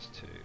two